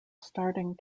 starting